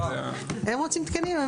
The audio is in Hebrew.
הם רוצים תקנים?